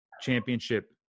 championship